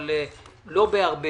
אבל לא בהרבה